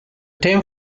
term